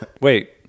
Wait